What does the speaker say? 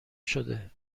شده